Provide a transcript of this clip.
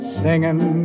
singing